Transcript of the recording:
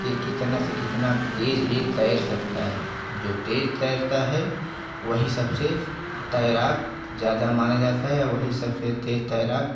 कि कितना से कितना तेज़ ये तैर सकता है और जो तेज़ तैरता है वही सबसे तैराक ज़्यादा माना जाता है और वही सबसे तेज़ तैराक